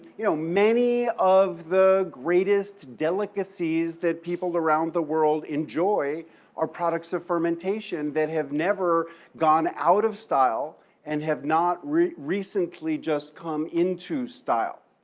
you know, many of the greatest delicacies that people around the world enjoy are products of fermentation that have never gone out of style and have not recently just come into style.